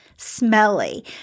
Smelly